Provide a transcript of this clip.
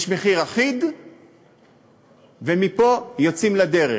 יש מחיר אחיד ומפה יוצאים לדרך.